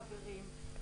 חברים,